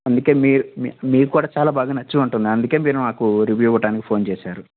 అందుకే మీరు మీకు చాలా బాగా నచ్చి ఉంటుంది అందుకే మీరు నాకు రివ్యూ ఇవ్వడానికి ఫోన్ చేశారు